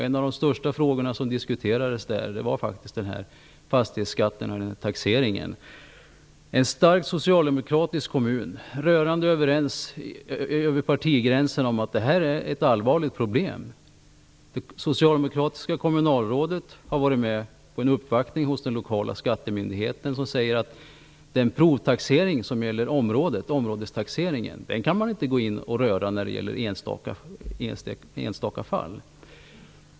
En av de största frågorna som diskuterades där var fastighetsskatten och fastighetstaxeringen. Det är en starkt socialdemokratisk kommun, rörande överens över partigränserna om att det här är ett allvarligt problem. Det socialdemokratiska kommunalrådet har varit med på en uppvaktning hos den lokala skattemyndigheten, som säger att den provtaxering som gäller området, områdestaxeringen, kan man inte röra när det gäller enstaka fall.